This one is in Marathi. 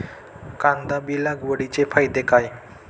कांदा बी लागवडीचे फायदे काय?